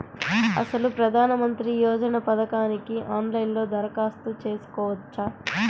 అసలు ప్రధాన మంత్రి యోజన పథకానికి ఆన్లైన్లో దరఖాస్తు చేసుకోవచ్చా?